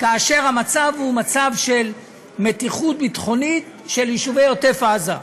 כאשר המצב הוא מצב של מתיחות ביטחונית של יישובי עוטף עזה.